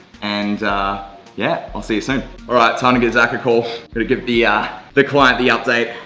and yeah i'll see you soon. alright, time to give zac a call. better give the ah the client the update,